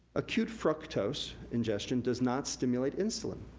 acute fructose ingestion does not stimulate insulin,